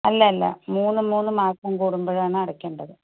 അല്ല അല്ല മൂന്ന് മൂന്ന് മാസം കൂടുമ്പോഴാണ് അടക്കേണ്ടത്